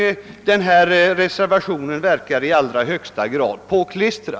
Denna reservation verkar i allra högsta grad påklistrad.